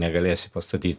negalėsi pastatyt